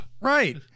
Right